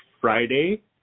Friday